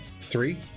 three